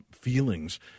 feelings